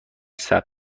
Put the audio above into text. ثبت